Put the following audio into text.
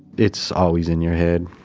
it's always in your head.